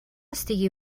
estigui